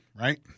right